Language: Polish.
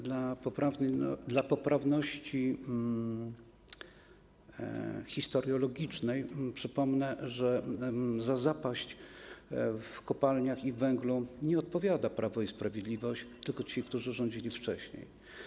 Dla poprawności historiologicznej przypomnę, że za zapaść w kopalniach i w węglu nie odpowiada Prawo i Sprawiedliwość, tylko ci, którzy rządzili wcześniej.